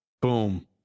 Boom